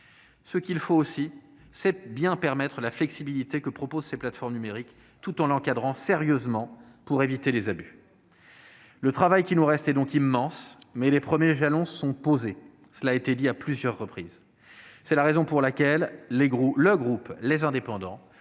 Il faut aussi permettre la flexibilité que proposent ces plateformes numériques, tout en l'encadrant sérieusement pour éviter les abus. Le travail qu'il nous reste à accomplir est donc immense, mais les premiers jalons sont posés, cela a été dit à plusieurs reprises. Pour cette raison, le groupe Les Indépendants